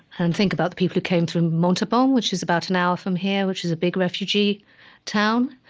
and think about the people who came through montauban, um which is about an hour from here, which is a big refugee town,